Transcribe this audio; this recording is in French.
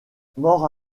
mort